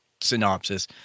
synopsis